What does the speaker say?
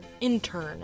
intern